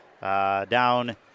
Down